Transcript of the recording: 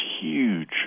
huge